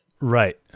right